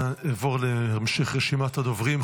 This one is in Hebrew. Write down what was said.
נעבור להמשך רשימת הדוברים.